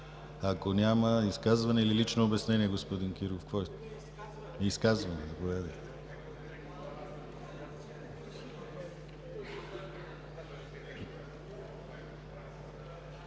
Ако няма изказване или лично обяснение, господин Кирилов, за изказване.